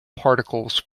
particles